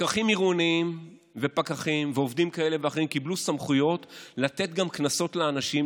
פקחים עירוניים ועובדים כאלה ואחרים קיבלו סמכויות לתת גם קנסות לאנשים,